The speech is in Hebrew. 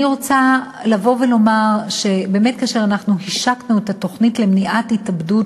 אני רוצה לבוא ולומר שבאמת כאשר אנחנו השקנו את התוכנית למניעת התאבדות,